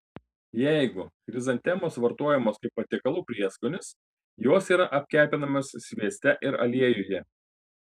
jeigu chrizantemos vartojamos kaip patiekalų prieskonis jos yra apkepinamos svieste ir aliejuje